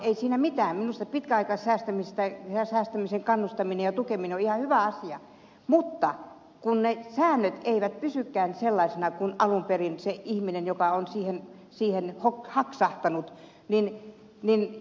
ei siinä mitään minusta pitkäaikaissäästämisen kannustaminen ja tukeminen on ihan hyvä asia mutta kun ne säännöt eivät pysykään sellaisina kuin alun perin kun se ihminen on siihen pitkäaikaissäästämiseen haksahtanut